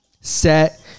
set